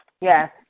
Yes